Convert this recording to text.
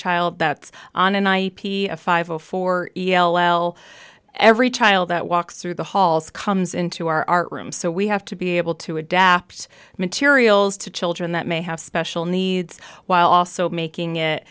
child that's on an i p five a four e l l every child that walks through the halls comes into our art room so we have to be able to adapt materials to children that may have special needs while also making it